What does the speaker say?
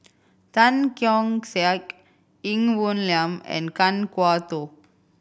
Tan Keong Saik Ng Woon Lam and Kan Kwok Toh